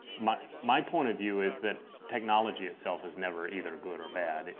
my my point of view is that technology itself is never either good or bad.